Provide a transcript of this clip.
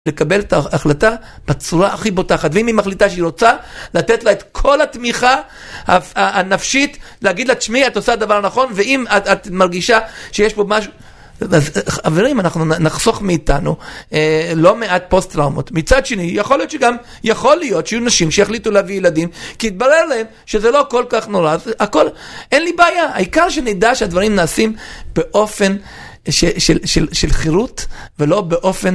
לקבל את ההחלטה בצורה הכי בוטחת, ואם היא מחליטה שהיא רוצה לתת לה את כל התמיכה הנפשית, להגיד לה תשמעי את עושה את הדבר הנכון, ואם את מרגישה שיש פה משהו, אז חברים, אנחנו נחסוך מאיתנו לא מעט פוסט טראומות. מצד שני, יכול להיות שגם, יכול להיות שיהיו נשים שהחליטו להביא ילדים, כי התברר להן שזה לא כל כך נורא, הכל, אין לי בעיה, העיקר שנדע שהדברים נעשים באופן של חירות, ולא באופן,